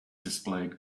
displayed